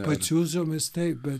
pačiūžomis taip bet